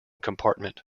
compartment